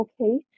okay